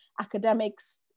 academics